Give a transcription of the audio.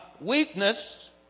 weakness